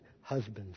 husbands